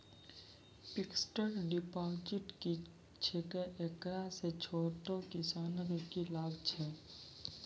Fixed deposit की छिकै, एकरा से छोटो किसानों के की लाभ छै?